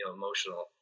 emotional